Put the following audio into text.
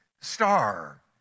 star